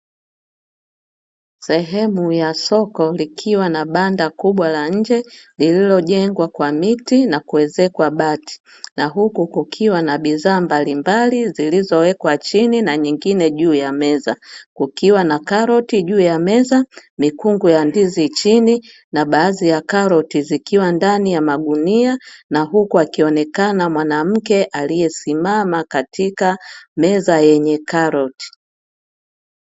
Sehemu ya soko ikiwa na banda kubwa la nje, lililojengwa kwa miti na kuezekwa bati. Na huku kukiwa na bidhaa mbalimbali zilizowekwa chini na nyingine juu ya meza, kukiwa na karoti juu ya meza, mikungu ya ndizi chini, na baadhi ya karoti zikiwa ndani ya magunia na huku akionekana mwanamke aliyesimama katika meza yenye karoti.